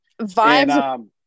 Vibes